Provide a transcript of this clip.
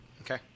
Okay